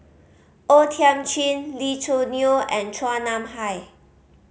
O Thiam Chin Lee Choo Neo and Chua Nam Hai